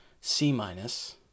C-minus